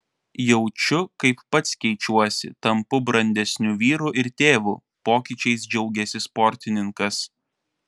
jaučiu kaip pats keičiuosi tampu brandesniu vyru ir tėvu pokyčiais džiaugėsi sportininkas